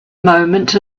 moment